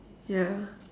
ya